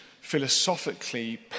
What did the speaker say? philosophically